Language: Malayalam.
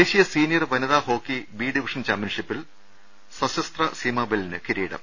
ദേശീയ് സീനിയർ വനിതാ ഹോക്കി ബി ഡിവിഷൻ ചാമ്പൃൻഷിപ്പിൽ സശസ്ത്ര സീമാബലിന് കിരീടം